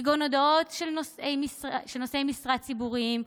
כגון הודעות של נושאי משרה ציבוריים.